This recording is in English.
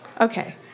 Okay